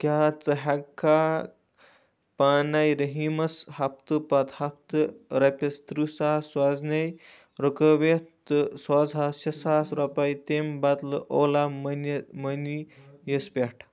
کیٛاہ ژٕ ہٮ۪کٕکھا پانَے رٔحیٖمَس ہفتہٕ پتہٕ ہفتہٕ رۄپیَس ترٕٛہ ساس سوزنَے رُکٲوِتھ تہٕ سوزہاس شےٚ ساس رۄپَے تَمہِ بدلہٕ اولا مٔنہِ مٔنی یَس پٮ۪ٹھ